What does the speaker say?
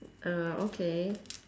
uh okay